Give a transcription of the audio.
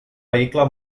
vehicle